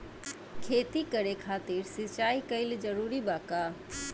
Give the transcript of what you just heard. खेती करे खातिर सिंचाई कइल जरूरी बा का?